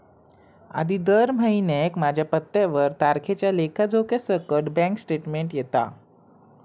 आधी दर महिन्याक माझ्या पत्त्यावर तारखेच्या लेखा जोख्यासकट बॅन्क स्टेटमेंट येता